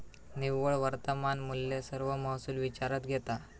निव्वळ वर्तमान मुल्य सर्व महसुल विचारात घेता